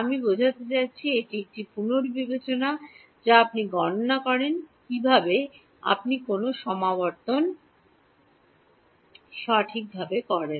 আমি বোঝাতে চাইছি এটি একটি পুনর্বিবেচনা যা আপনি গণনা করেন কীভাবে আপনি কোনও সমাবর্তন সঠিকভাবে করেন